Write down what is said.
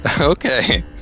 okay